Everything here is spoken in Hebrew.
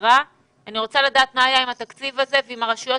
שחסרה ואני רוצה לדעת מה היה עם התקציב הזה ואם הרשויות